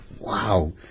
wow